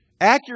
Accuracy